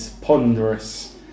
ponderous